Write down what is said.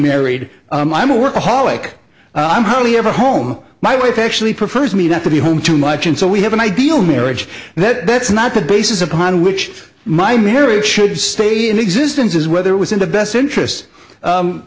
married i'm i'm a workaholic i'm hardly ever home my wife actually prefers me not to be home too much and so we have an ideal marriage and that's not the basis upon which my marriage should stay in existence as whether it was in the best interests